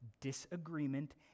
disagreement